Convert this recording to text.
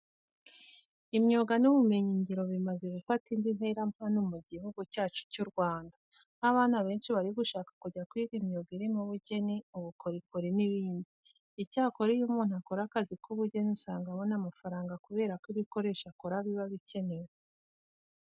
Imyuga n'ubumenyingiro bimaze gufata indi ntera hano mu Gihugu cyacu cy'u Rwanda, aho abana benshi bari gushaka kujya kwiga imyuga irimo ubugeni, ubukorikori n'ibindi. Icyakora iyo umuntu akora akazi k'ubugeni usanga abona amafaranga kubera ko ibikoresho akora biba bikenewe.